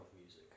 music